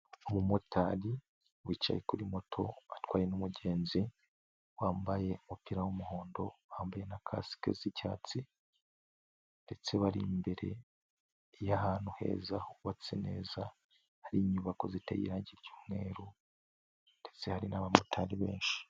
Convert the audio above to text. Umumotari wicaye kuri moto, atwaye n'umugenzi, wambaye umupira w'umuhondo, wambaye na kasike z'icyatsi ndetse bari imbere y'ahantu heza, hubatse neza, hari inyubako ziteye irangi ry'umweru ndetse hari n'abamotari benshi.